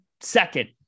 second